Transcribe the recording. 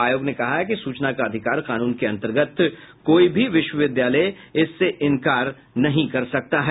आयोग ने कहा है कि सूचना का अधिकार कानून के अंतर्गत कोई भी विश्वविद्यालय इससे इंकार नहीं कर सकता है